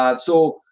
um so,